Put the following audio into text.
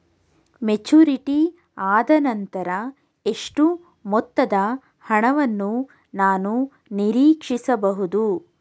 Maturity ಆದನಂತರ ಎಷ್ಟು ಮೊತ್ತದ ಹಣವನ್ನು ನಾನು ನೀರೀಕ್ಷಿಸ ಬಹುದು?